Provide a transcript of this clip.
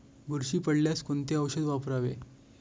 बुरशी पडल्यास कोणते औषध वापरावे?